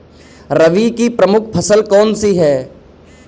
रबी की प्रमुख फसल कौन सी है?